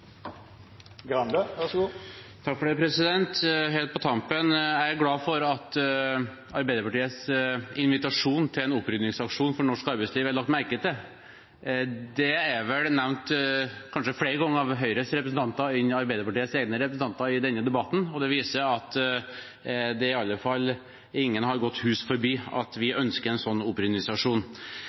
glad for at Arbeiderpartiets invitasjon til en opprydningsaksjon for norsk arbeidsliv er lagt merke til – det er kanskje nevnt flere ganger av Høyres representanter enn av Arbeiderpartiets egne representanter i denne debatten. Det viser at det i alle fall ikke har gått noen hus forbi at vi ønsker en sånn